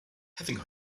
having